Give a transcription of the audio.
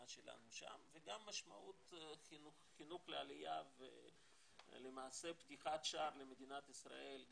שלנו שם וגם משמעות של חינוך לעלייה ולמעשה פתיחת שער למדינת ישראל,